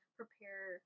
prepare